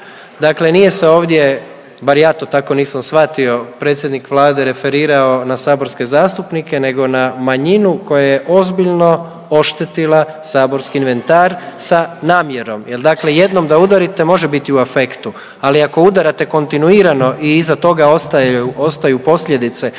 dakle nije se ovdje, bar ja to tako nisam shvatio, predsjednik Vlade referirao na saborske zastupnike nego na manjinu koja je ozbiljno oštetila saborski inventar sa namjerom jel dakle jednom da udarite može biti u afektu, ali ako udarate kontinuirano i iza toga ostaju, ostaju posljedice onda je